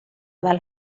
dal